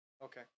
okay